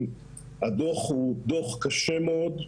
הדוח הוא דוח קשה מאוד.